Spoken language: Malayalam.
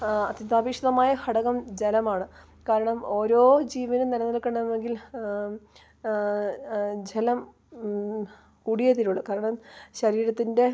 ആ അത്യന്താപേക്ഷിതമായ ഘടകം ജലമാണ് കാരണം ഓരോ ജീവനും നിലനിൽക്കണമെങ്കിൽ ജലം കൂടിയേ തീരുകയുള്ളു കാരണം ശരീരത്തിൻ്റെ